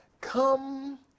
Come